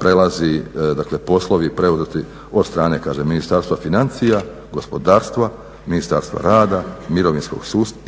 prelazi dakle poslovi preuzeti od strane Ministarstva financija, gospodarstva, Ministarstva rada i